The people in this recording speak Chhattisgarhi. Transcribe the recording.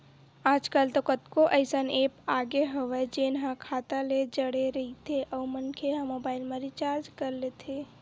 आजकल तो कतको अइसन ऐप आगे हवय जेन ह खाता ले जड़े रहिथे अउ मनखे ह मोबाईल ल रिचार्ज कर लेथे